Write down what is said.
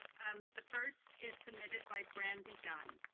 um the first is submitted by brandy gunn